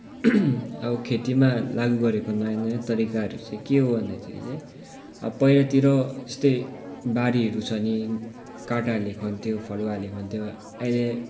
अब खेतीमा लागु गरेको नयाँ नयाँ तरिकाहरू चाहिँ के हो भन्दाखेरि चाहिँ अब पहिलातिर यस्तै बारीहरू छ भने काँटाहरूले खन्थ्यो फरुवाहरूले खन्थ्यो अहिले